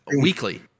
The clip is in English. weekly